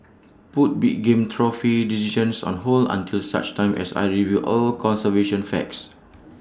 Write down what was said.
put big game trophy decisions on hold until such time as I review all conservation facts